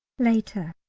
later.